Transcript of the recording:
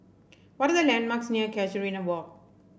what are the landmarks near Casuarina Walk